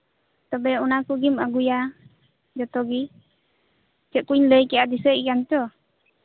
ᱛᱚᱵᱮ ᱚᱱᱟ ᱠᱚᱜᱮᱢ ᱟᱹᱜᱩᱭᱟ ᱡᱚᱛᱚᱜᱮ ᱪᱮᱫ ᱠᱚᱧ ᱞᱟᱹᱭ ᱠᱮᱫᱟ ᱫᱤᱥᱟᱹᱭᱮᱫᱟᱢ ᱛᱚ